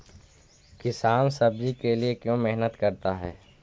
किसान सब्जी के लिए क्यों मेहनत करता है?